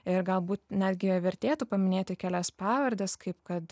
ir galbūt netgi vertėtų paminėti kelias pavardes kaip kad